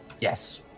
Yes